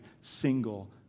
single